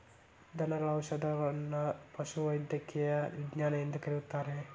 ದನಗಳ ಔಷಧದನ್ನಾ ಪಶುವೈದ್ಯಕೇಯ ವಿಜ್ಞಾನ ಎಂದು ಕರೆಯುತ್ತಾರೆ